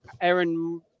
Aaron